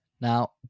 Now